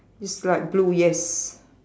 it's light blue yes